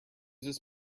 this